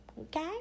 Okay